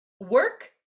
work